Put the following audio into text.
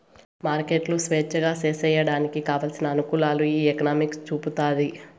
మార్కెట్లు స్వేచ్ఛగా సేసేయడానికి కావలసిన అనుకూలాలు ఈ ఎకనామిక్స్ చూపుతాది